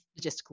logistical